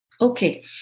Okay